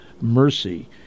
mercy